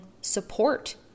support